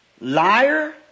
Liar